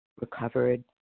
Recovered